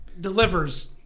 delivers